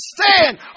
stand